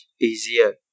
easier